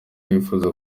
yifuza